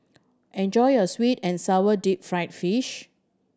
enjoy your sweet and sour deep fried fish